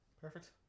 Perfect